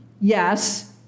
yes